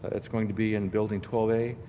it's going to be in building twelve a,